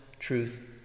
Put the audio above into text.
truth